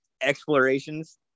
explorations